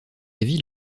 ville